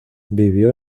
vivió